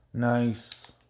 Nice